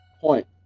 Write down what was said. Point